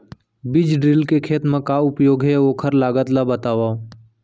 बीज ड्रिल के खेत मा का उपयोग हे, अऊ ओखर लागत ला बतावव?